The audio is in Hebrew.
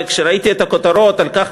וכשראיתי את הכותרות על כך,